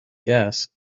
guess